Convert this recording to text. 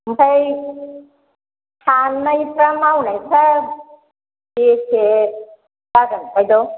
ओमफ्राय थानायफ्रा मावनायफ्रा बेसे जागोन बायद'